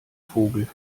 vogel